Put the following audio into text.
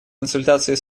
консультации